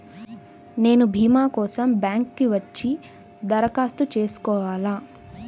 నేను భీమా కోసం బ్యాంక్కి వచ్చి దరఖాస్తు చేసుకోవాలా?